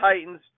Titans